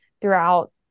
throughout